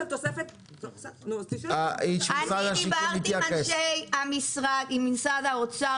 אני דיברתי עם אנשי המשרד עם משרד האוצר